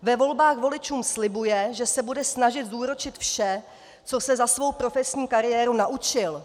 Ve volbách voličům slibuje, že se bude snažit zúročit vše, co se za svou profesní kariéru naučil.